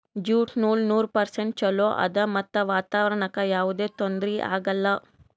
jute ನೂಲ್ ನೂರ್ percent ಚೊಲೋ ಆದ್ ಮತ್ತ್ ವಾತಾವರಣ್ಕ್ ಯಾವದೇ ತೊಂದ್ರಿ ಆಗಲ್ಲ